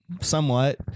Somewhat